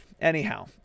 Anyhow